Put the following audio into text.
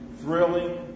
thrilling